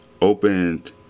opened